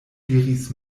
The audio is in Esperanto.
diris